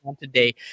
today